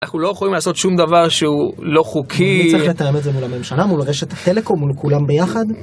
אנחנו לא יכולים לעשות שום דבר שהוא לא חוקי אני צריך לתאם את זה מול הממשלה, מול רשת הטלקום, מול כולם ביחד